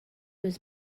was